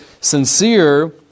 sincere